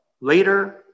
later